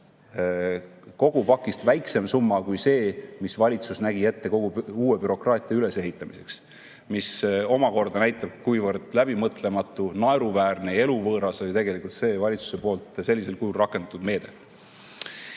kogu pakist kui see, mida valitsus nägi ette uue bürokraatia ülesehitamiseks. See omakorda näitab, kuivõrd läbimõtlematu, naeruväärne ja eluvõõras oli tegelikult valitsuse sellisel kujul rakendatud meede.